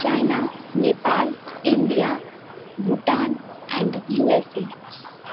China Nepal India Bhutan and USA